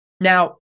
Now